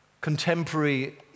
contemporary